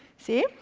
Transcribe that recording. see?